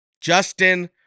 Justin